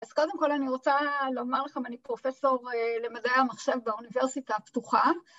‫אז קודם כול אני רוצה לומר לכם, ‫אני פרופסור למדעי המחשב ‫באוניברסיטה הפתוחה.